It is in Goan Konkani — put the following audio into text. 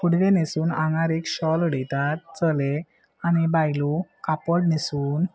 पुडवे न्हेसून हांगा एक शॉल उडयतात चले आनी बायलो कापड न्हेसून